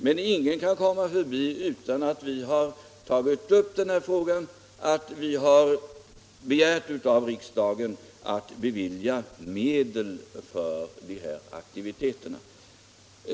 Men det går inte att komma förbi att vi har tagit upp denna fråga och begärt att riksdagen skall bevilja medel för de här aktiviteterna.